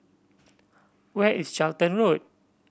where is Charlton Road